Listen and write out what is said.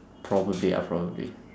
probably ah probably